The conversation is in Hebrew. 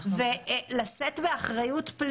אנחנו מחפשים איך לשחרר את אותה טבעת חנק,